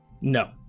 No